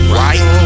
right